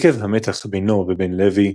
עקב המתח בינו ובין לוי,